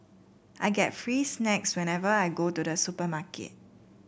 I get free snacks whenever I go to the supermarket